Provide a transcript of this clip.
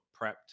prepped